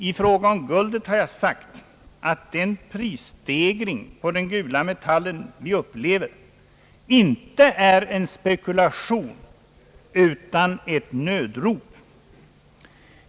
I fråga om guldet har jag sagt att den prisstegring på den gula metallen som vi upplever inte är en spekulation utan ett nödrop.